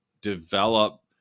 develop